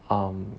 um